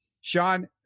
Sean